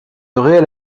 réelle